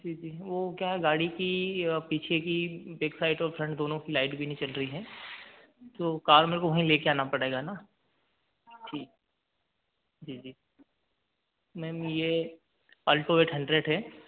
जी जी वो क्या है गाड़ी की पीछे की बैक साइड और फ्रन्ट दोनों की लाइट भी नहीं चल रही है तो कार मेरे को है ले कर आना पड़ेगा न जी जी जी मैम ये अल्टो एट हंड्रेड है